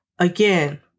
Again